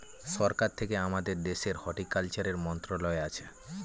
সরকার থেকে আমাদের দেশের হর্টিকালচারের মন্ত্রণালয় আছে